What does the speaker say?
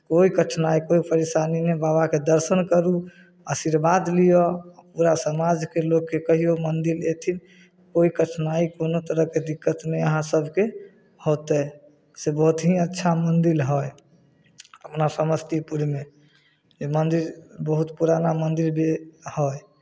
कोइ कठिनाइ कोइ परेशानी नहि बाबाके दर्शन करू आशिर्वाद लिअ पूरा समाजके लोककेँ कहियौ मन्दिर अयथिन कोइ कठिनाइ कोनो तरहके दिक्कत नहि अहाँसभके होतै से बहुत ही अच्छा मन्दिर हइ अपना समस्तीपुरमे ई मन्दिर बहुत पुराना मन्दिर भी हइ